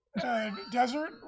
desert